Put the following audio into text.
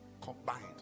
combined